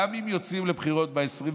גם אם יוצאים לבחירות ב-23